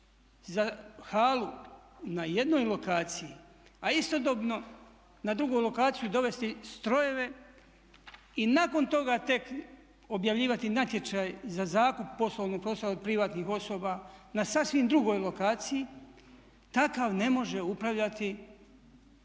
za halu na jednoj lokaciji, a istodobno na drugu lokaciju dovesti strojeve i nakon toga tek objavljivati natječaj za zakup poslovnog prostora od privatnih osoba na sasvim drugoj lokaciji takav ne može upravljati